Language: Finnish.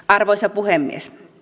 arvoisa puhemies